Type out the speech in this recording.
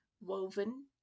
woven